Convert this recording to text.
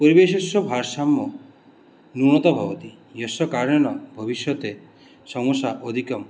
परिवेशस्य भाषाम्म न्यूनता भवति यस्य कारणेन भविष्यति समस्या अधिकं